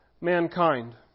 mankind